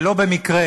ולא במקרה